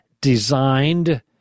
designed